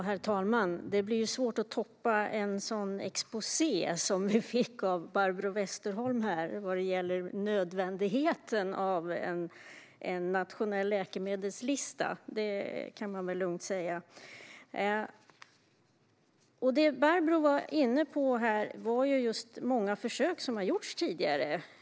Herr talman! Det blir svårt att toppa en sådan exposé som vi fick av Barbro Westerholm gällande nödvändigheten av en nationell läkemedelslista; det kan man lugnt säga. Det Barbro var inne på var de många försök som har gjorts tidigare.